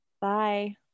Bye